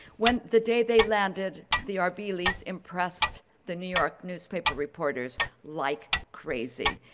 when the day they landed, the arbeelys' impressed the new york newspaper reporters like crazy.